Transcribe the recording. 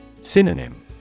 Synonym